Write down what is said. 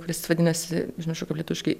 kuris vadinasi užmiršau kaip lietuviškai